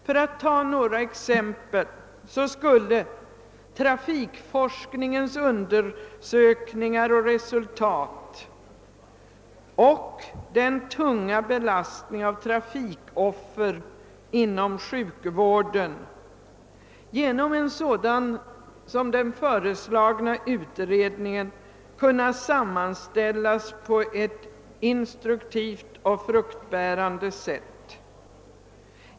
För att ta några exem pel: trafikforskningens undersökningar och resultat och den tunga belastningen av trafikoffer inom sjukvården skulle genom en sådan utredning som den föreslagna kunna sammanställas på ett instruktivt och fruktbärande sätt.